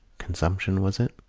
consumption, was it?